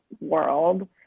world